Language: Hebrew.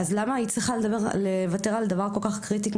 למה היא צריכה לוותר על דבר כל כך קריטי,